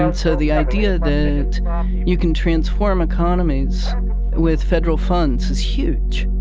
and so the idea that you can transform economies with federal funds is huge